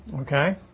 Okay